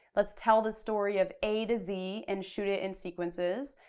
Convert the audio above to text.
let's tell the story of a to z and shoot it in sequences.